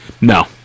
No